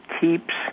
keeps